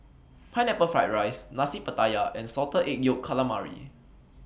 Pineapple Fried Rice Nasi Pattaya and Salted Egg Yolk Calamari